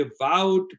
devout